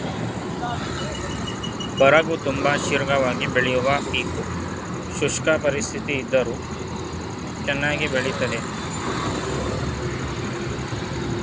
ಬರಗು ತುಂಬ ಶೀಘ್ರವಾಗಿ ಬೆಳೆಯುವ ಪೀಕು ಶುಷ್ಕ ಪರಿಸ್ಥಿತಿಯಿದ್ದರೂ ಚನ್ನಾಗಿ ಬೆಳಿತದೆ ಬರಗು ಕೃಷಿಗೆ ಉತ್ತಮ ಭೂಮಿಯೇ ಬೇಕಿಲ್ಲ